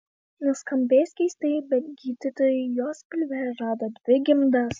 nuskambės keistai bet gydytojai jos pilve rado dvi gimdas